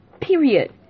Period